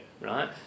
Right